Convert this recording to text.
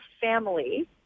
family